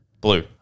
Blue